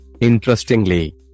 Interestingly